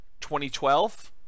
2012